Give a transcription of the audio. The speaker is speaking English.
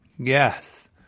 Yes